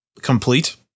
complete